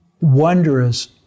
wondrous